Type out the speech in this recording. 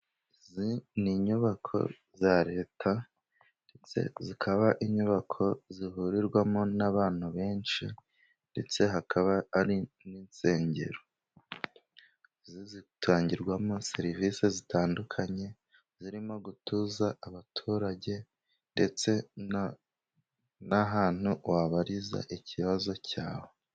Izi, ni inyubako za Leta . Zikaba inyubako zihurirwamo n'abantu benshi, ndetse hakaba hari n'Insengero zitangirwamo serivisi zitandukanye zirimo gutuza abaturage ndetse n'ahantu wabariza ikibazo cyawe.